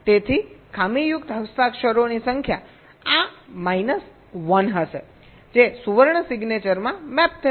તેથી ખામીયુક્ત હસ્તાક્ષરોની સંખ્યા આ માઇનસ 1 હશે જે સુવર્ણ સિગ્નેચરમાં મેપ થશે